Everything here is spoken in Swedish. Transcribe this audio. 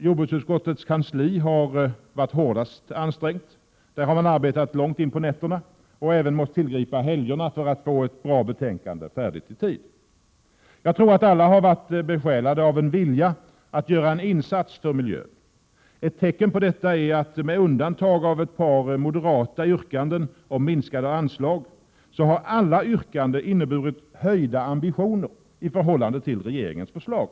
Jordbruksutskottets kansli har varit hårdast ansträngt. Där har man arbetat långt in på nätterna och även måst tillgripa helgerna för att få ett bra betänkande färdigt i tid. Jag tror att alla har varit besjälade av en vilja att göra en insats för miljön. Ett tecken på detta är att alla yrkanden, med undantag av ett par moderata yrkanden om anslagsminskningar, har inneburit höjda ambitioner i förhållande till regeringens förslag.